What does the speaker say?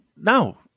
No